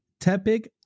Tepig